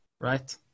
Right